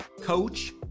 coach